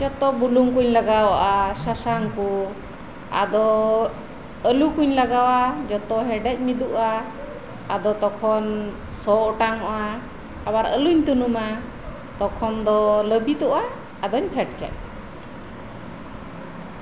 ᱡᱚᱛᱚ ᱵᱩᱞᱩᱝ ᱠᱚᱧ ᱞᱟᱜᱟᱣ ᱟᱜᱼᱟ ᱥᱟᱥᱟᱝ ᱠᱚ ᱟᱫᱚ ᱟᱞᱩ ᱠᱚᱧ ᱞᱟᱜᱟᱣᱟ ᱡᱚᱛᱚ ᱦᱮᱰᱮᱡ ᱢᱤᱫᱚᱜᱼᱟ ᱟᱫᱚ ᱛᱚᱠᱷᱚᱱ ᱥᱚ ᱚᱴᱟᱝ ᱚᱜᱼᱟ ᱟᱵᱟᱨ ᱟᱹᱞᱩᱧ ᱛᱩᱱᱩᱢᱟ ᱟᱫᱚ ᱞᱟᱹᱵᱤᱫᱚᱼᱟ ᱟᱫᱚᱧ ᱯᱷᱮᱰ ᱠᱟᱜᱼᱟ